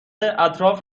اطراف